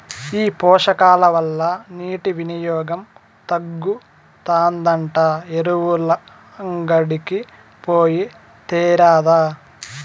ఈ పోషకాల వల్ల నీటి వినియోగం తగ్గుతాదంట ఎరువులంగడికి పోయి తేరాదా